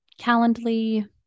calendly